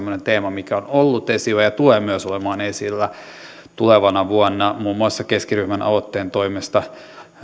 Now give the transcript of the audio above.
teema mikä on ollut esillä ja tulee myös olemaan esillä tulevana vuonna muun muassa keskiryhmän aloitteen toimesta